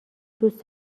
دوست